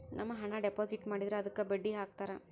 ನಮ್ ಹಣ ಡೆಪಾಸಿಟ್ ಮಾಡಿದ್ರ ಅದುಕ್ಕ ಬಡ್ಡಿ ಹಕ್ತರ